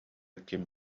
ким